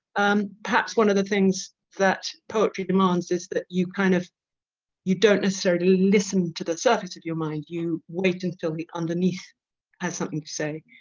um perhaps one of the things that poetry demands is that you kind of you don't necessarily listen to the surface of your mind, you wait until the underneath has something to say